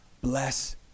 bless